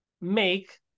make